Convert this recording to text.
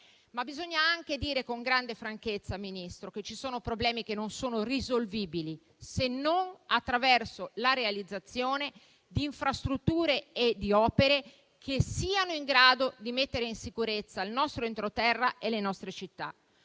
Bisogna però anche dire con grande franchezza, signor Ministro, che ci sono problemi non risolvibili, se non attraverso la realizzazione di infrastrutture e di opere che siano in grado di mettere in sicurezza il nostro entroterra e le nostre città.